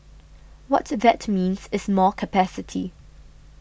what that means is more capacity